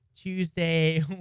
Tuesday